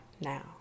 now